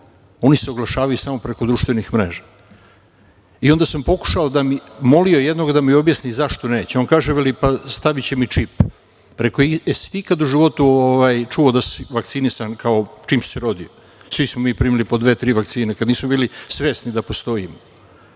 Oni se oglašavaju samo preko društvenih mreža. I onda sam molio jednog da mi objasni zašto neće. On kaže, veli – pa staviće mi čip. Rekoh – jesi li ti ikad u životu čuo da si vakcinisan čim si se rodio? Svi smo mi primili po dve-tri vakcine, kada nisu bili svesni da postojimo.